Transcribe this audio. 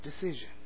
decision